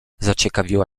zaciekawiła